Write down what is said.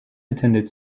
attended